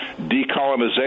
decolonization